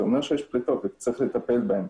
זה אומר שיש פליטות וצריך לטפל בהן.